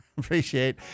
Appreciate